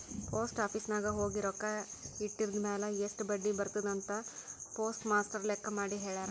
post office ನಾಗ್ ಹೋಗಿ ರೊಕ್ಕಾ ಇಟ್ಟಿದಿರ್ಮ್ಯಾಲ್ ಎಸ್ಟ್ ಬಡ್ಡಿ ಬರ್ತುದ್ ಅಂತ್ ಪೋಸ್ಟ್ ಮಾಸ್ಟರ್ ಲೆಕ್ಕ ಮಾಡಿ ಹೆಳ್ಯಾರ್